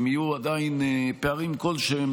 אם יהיו עדיין פערים כלשהם,